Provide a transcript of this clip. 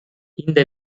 இந்த